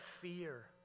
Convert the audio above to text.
fear